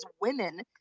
women